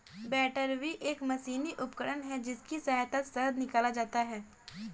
बैटरबी एक मशीनी उपकरण है जिसकी सहायता से शहद निकाला जाता है